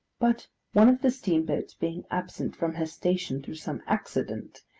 but one of the steamboats being absent from her station through some accident,